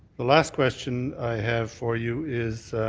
the last question i have for you is